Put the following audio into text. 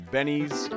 Benny's